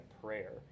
prayer